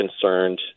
concerned